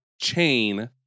chain